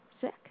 sick